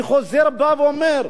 אני חוזר ואומר,